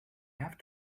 have